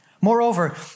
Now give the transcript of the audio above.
Moreover